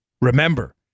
Remember